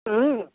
ହୁଁ